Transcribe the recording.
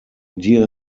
dear